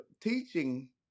teaching